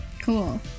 Cool